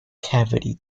cavity